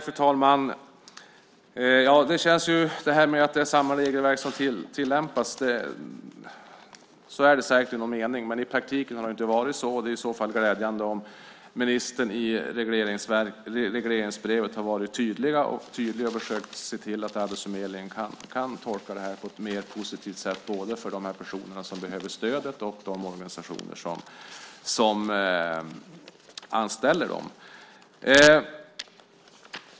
Fru talman! Ministern säger att det är samma regelverk som tillämpas. Så är det säkert i någon mening, men i praktiken har det inte varit så. Det är glädjande om ministern i regleringsbrevet har varit tydlig och tydligt försökt se till att Arbetsförmedlingen kan tolka det här på ett mer positivt sätt både för de personer som behöver stödet och för de organisationer som anställer dem.